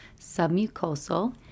submucosal